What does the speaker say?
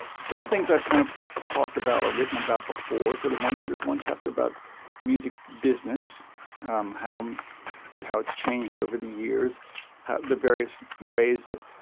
some things i've kind of talked about or written about before. so the one there's one chapter about music business um how how it's changed over the years the various ways that